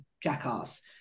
jackass